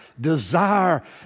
desire